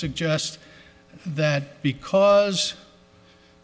suggest that because